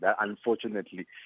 Unfortunately